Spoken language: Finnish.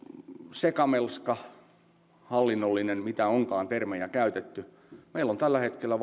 sekamelska mitä termejä onkaan käytetty meillä on tällä hetkellä